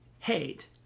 hate